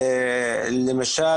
למשל,